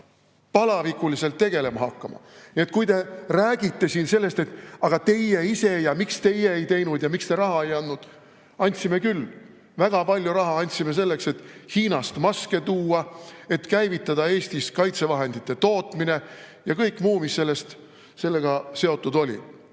palavikuliselt tegelema hakkama. Nii et kui te räägite siin sellest, et aga teie ise ja miks teie ei teinud ja miks te raha ei andnud – andsime küll. Väga palju raha andsime selleks, et Hiinast maske tuua, et käivitada Eestis kaitsevahendite tootmine ja kõik muu, mis sellega seotud oli.